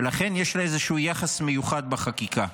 ולכן יש לה איזשהו יחס מיוחד בחקיקה.